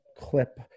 clip